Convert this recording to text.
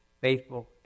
faithful